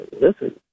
listen